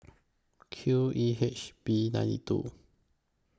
Q E H B nine two